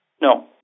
No